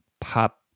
pop